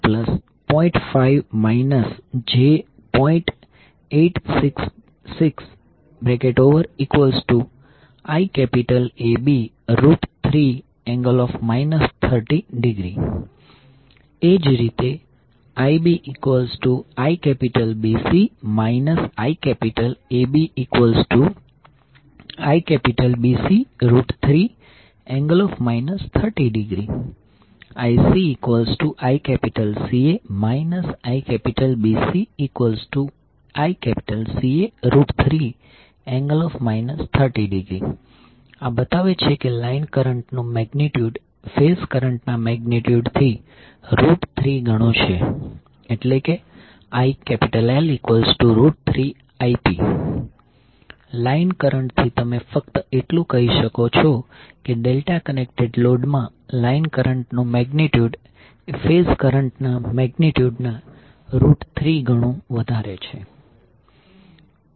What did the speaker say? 866IAB3∠ 30° એ જ રીતે IbIBC IABIBC3∠ 30° IcICA IBCICA3∠ 30° આ બતાવે છે કે લાઈન કરંટ નું મેગ્નિટ્યુડ ફેઝ કરંટના મેગ્નિટ્યુડ થી 3 ગણું છે એટલે કે IL3Ip લાઇન કરંટથી તમે ફક્ત એટલું કહી શકો છો કે ડેલ્ટા કનેક્ટેડ લોડમાં લાઈન કરંટ નું મેગ્નિટ્યુડ એ ફેઝ કરંટના મેગ્નિટ્યુડ ના 3ગણુ વધારે છે